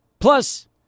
Plus